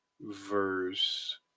verse